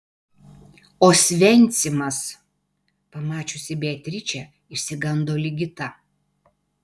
osvencimas pamačiusi beatričę išsigando ligita